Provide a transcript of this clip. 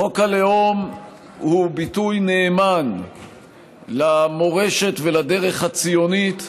חוק הלאום הוא ביטוי נאמן למורשת ולדרך הציונית,